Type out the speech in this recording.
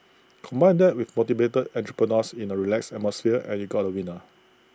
combine that with motivated entrepreneurs in A relaxed atmosphere and you got A winner